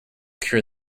cure